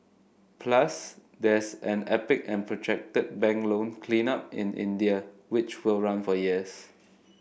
plus there's an epic and protracted bank loan cleanup in India which will run for years